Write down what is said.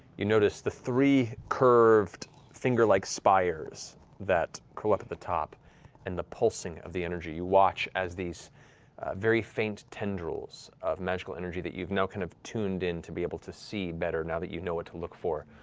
you notice the three curved fingerlike spires that curl up at the top and the pulsing of the energy. you watch as these very faint tendrils of magical energy that you've kind of tuned in to be able to see better, now that you know what to look for,